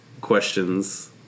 questions